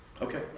Okay